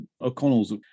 O'Connell's